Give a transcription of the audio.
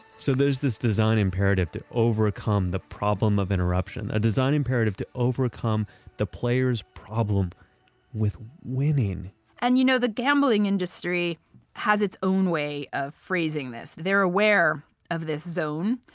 so there's this design imperative to overcome the problem of interruption. a design imperative to overcome the player's problem with winning and you know, the gambling industry has its own way of phrasing this. they're aware of this zone.